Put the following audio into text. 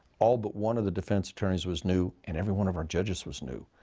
all but one of the defense attorneys was new, and every one of our judges was new.